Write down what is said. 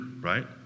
right